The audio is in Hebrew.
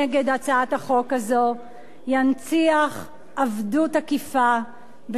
הזו ינציח עבדות עקיפה בשירות המדינה.